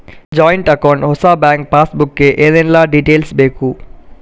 Joint account ಹೊಸ bank pass book ಗೆ ಏನೆಲ್ಲ ಡೀಟೇಲ್ಸ್ ಬೇಕು?